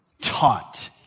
taught